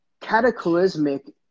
cataclysmic